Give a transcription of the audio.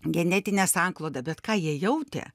genetinę sanklodą bet ką jie jautė